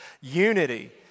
Unity